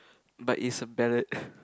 but is a ballad